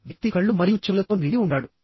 వ్యక్తి కళ్ళు మరియు చెవులతో నిండి ఉంటాడు